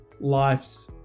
life's